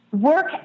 work